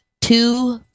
two